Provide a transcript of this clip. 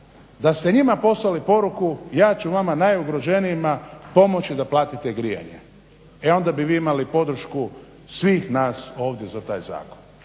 da ste njima poslali poruku ja ću vama najugroženijima pomoći da platite grijanje e onda bi vi imali podršku svih nas ovdje za taj zakon.